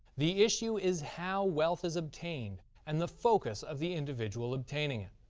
the issue is how wealth is obtained and the focus of the individual obtaining it.